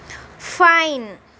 fine